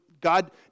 God